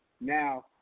Now